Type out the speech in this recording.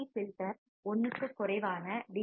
C filter 1 க்கு குறைவான D